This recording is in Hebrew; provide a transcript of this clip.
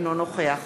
אינו נוכח